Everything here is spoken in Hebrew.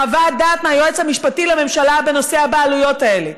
חוות דעת מהיועץ המשפטי לממשלה בנושא הבעלויות האלה,